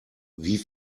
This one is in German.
wie